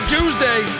Tuesday